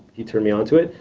he turned me onto it.